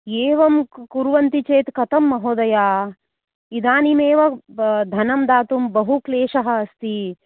एवं कुर्वन्ति चेत् कथं महोदय इदानीमेव धनं दातुं बहुक्लेशः अस्ति